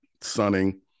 sunning